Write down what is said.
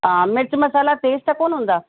हा मिर्चु मसाला तेज़ु त कोन हूंदा